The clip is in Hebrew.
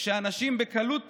כשהאנשים בקלות